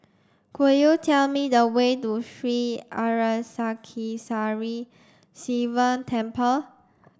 could you tell me the way to Sri Arasakesari Sivan Temple